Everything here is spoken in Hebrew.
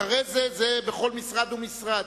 אחרי זה, זה בכל משרד ומשרד.